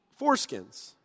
foreskins